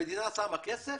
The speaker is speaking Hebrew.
המדינה שמה כסף,